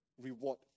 reward